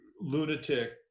lunatic